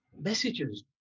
messages